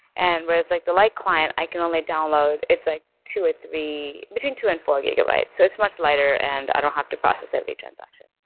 and whereas like the light client i can only download it's like two or three between two and four gigabytes, so it's much lighter and i don't have to processes every transaction.